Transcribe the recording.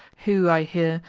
who, i hear,